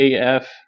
AF